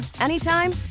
anytime